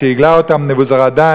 כשהגלה אותם נבוזראדן